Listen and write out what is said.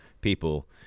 people